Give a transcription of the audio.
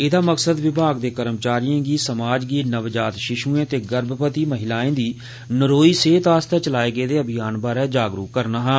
एहदा मकसद विभाग दे कर्मचारिए गी समाज गी नवजात शिशुए ते गर्भवती महिलाए दी नरोई सेहत आस्तै चलाए गेदे अभियान बारै जागरूक करना हा